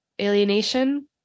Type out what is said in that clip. alienation